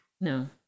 no